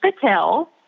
Patel